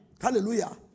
Hallelujah